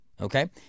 okay